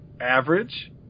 Average